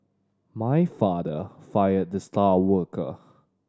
my father fired the star worker